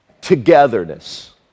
togetherness